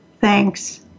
Thanks